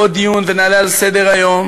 כבוד היושב-ראש,